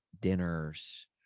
dinners